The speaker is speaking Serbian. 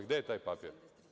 Gde je taj papir?